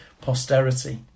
posterity